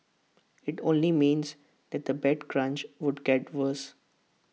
IT only means that the bed crunch would get worse